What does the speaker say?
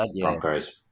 Broncos